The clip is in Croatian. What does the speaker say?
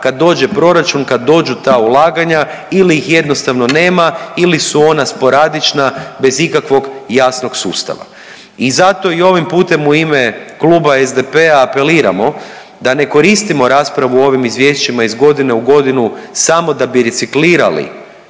kad dođe proračun, kad dođu ta ulaganja ili ih jednostavno nema ili su ona sporadična bez ikakvog jasnog sustava. I zato i ovim putem u ime Kluba SDP-a apeliramo da ne koristimo raspravu o ovim izvješćima iz godine u godinu samo da bi reciklirali